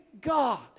God